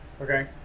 Okay